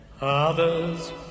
Others